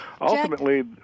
Ultimately